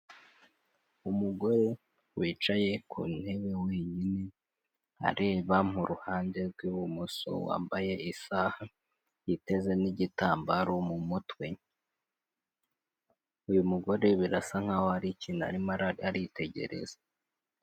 Umugore wicaye ku ntebe wenyine areba mu ruhande rw'ibumoso wambaye isaha yiteze n'igitambaro mu mutwe. Uyu mugore birasa nkaho hari ikintu arimo aritegereza.